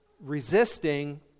resisting